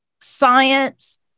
science